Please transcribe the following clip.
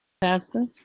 Pastor